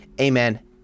Amen